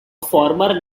former